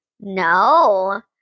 No